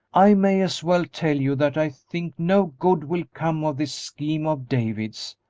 i may as well tell you that i think no good will come of this scheme of david's.